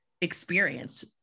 experience